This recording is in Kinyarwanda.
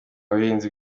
ubuhinzi